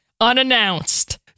unannounced